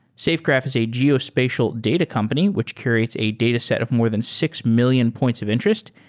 safegraph is a geospatial data company which curates a dataset of more than six million points of interest,